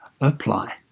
apply